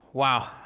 Wow